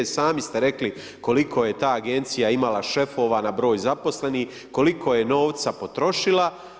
I sami ste rekli, koliko je ta agencija imala šefova na broj zaposlenih, koliko je novca potrošila.